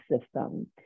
system